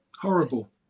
horrible